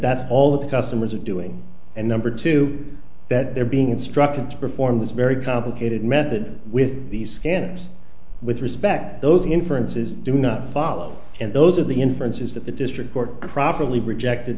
that's all the customers are doing and number two that they're being instructed to perform this very complicated method with these scanners with respect to those inferences do not follow and those are the inferences that the district court probably rejected